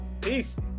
peace